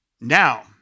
now